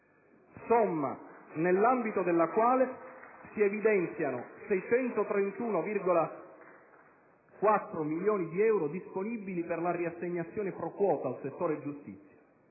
somma nell'ambito della quale si evidenziano 631,4 milioni di euro disponibili per la riassegnazione *pro quota* al settore giustizia.